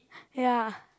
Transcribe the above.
ya